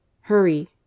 Hurry